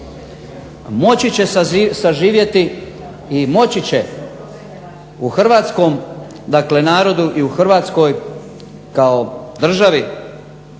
moći će saživjeti i moći će u Hrvatskom narodu i u Hrvatskoj kao državi